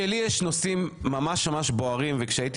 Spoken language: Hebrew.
אמרתי שלי יש נושאים ממש ממש בוערים וכשהייתי